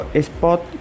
spot